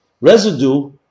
Residue